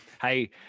Hey